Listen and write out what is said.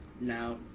Now